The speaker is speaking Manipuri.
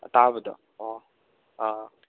ꯑꯇꯥꯕꯗꯣ ꯑꯣ ꯑꯥ